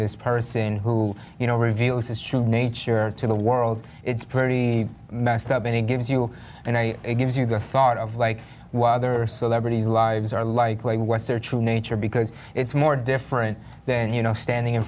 this person who you know reveals his true nature to the world it's pretty messed up and it gives you and i it gives you the thought of like while other celebrities lives are like a westerner true nature because it's more different then you know standing in